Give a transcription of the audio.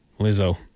Lizzo